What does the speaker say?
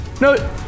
no